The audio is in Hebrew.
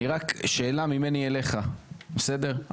אני רק שאלה ממני אליך, בסדר?